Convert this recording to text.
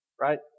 right